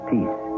Peace